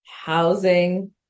housing